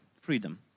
freedom